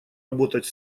работать